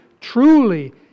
truly